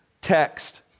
text